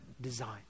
design